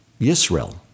Yisrael